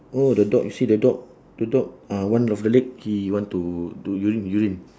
oh the dog you see the dog the dog uh one of the leg he want to do urine urine